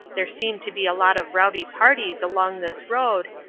there seem to be a lot of rowdy parties along this road,